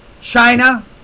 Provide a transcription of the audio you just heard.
China